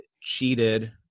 cheated